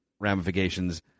ramifications